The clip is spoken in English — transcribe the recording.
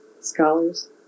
Scholars